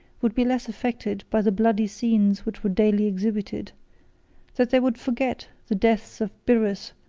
would be less affected by the bloody scenes which were daily exhibited that they would forget the death of byrrhus,